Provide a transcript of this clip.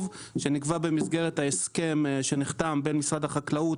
שנקבע במסגרת ההסכם שנחתם בין משרד החקלאות,